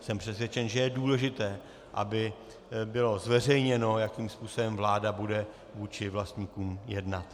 Jsem přesvědčen, že je důležité, aby bylo zveřejněno, jakým způsobem vláda bude vůči vlastníkům jednat.